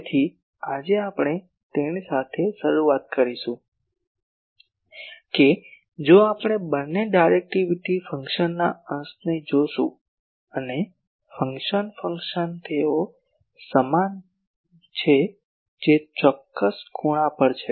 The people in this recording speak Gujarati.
તેથી આજે આપણે તેની સાથે શરૂઆત કરીશું કે જો આપણે બંને ડાયરેક્ટિવિટી ફંક્શનના અંશને જોશું અને ગેઇન ફંક્શન તેઓ સમાન છે જે તે ચોક્કસ ખૂણા પર છે